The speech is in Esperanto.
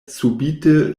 subite